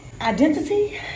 Identity